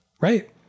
Right